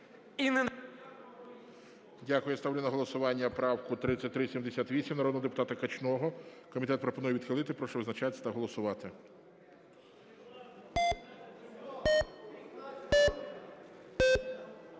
Дякую. Я ставлю на голосування правку 3383 народного депутата Бурміча. Комітет пропонує відхилити. Прошу визначатись та голосувати.